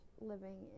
living